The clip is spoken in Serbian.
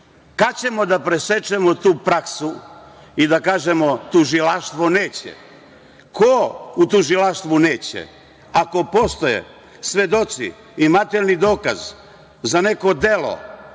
kad ćemo da presečemo tu praksu i da kažemo – tužilaštvo neće. Ko u tužilaštvu neće? Ako postoje svedoci i materijalni dokaz za neko delo,